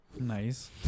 Nice